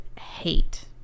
hate